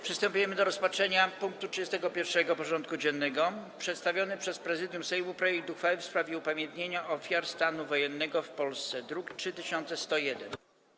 Przystępujemy do rozpatrzenia punktu 31. porządku dziennego: Przedstawiony przez Prezydium Sejmu projekt uchwały w sprawie upamiętnienia ofiar stanu wojennego w Polsce (druk nr 3101)